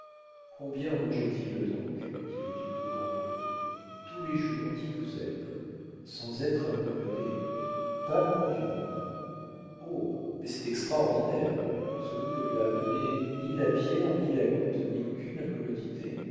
en mangeait-il donc dit le duc de grandlieu tous les jours dix douzaines sans être incommodé pas le moins du monde oh mais c'est extraordinaire ce goût ne lui a donné ni la pierre ni la goutte ni aucune incommodité